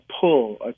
pull